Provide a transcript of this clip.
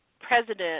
president